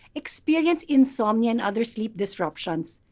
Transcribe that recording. experience insomnia and other sleep disruptions.